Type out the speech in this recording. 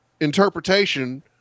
interpretation